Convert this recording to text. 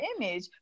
image